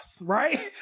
right